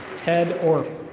ted orph.